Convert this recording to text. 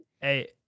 Hey